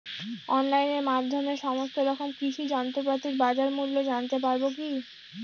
অনলাইনের মাধ্যমে সমস্ত রকম কৃষি যন্ত্রপাতির বাজার মূল্য জানতে পারবো কি?